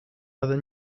other